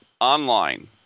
online